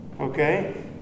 Okay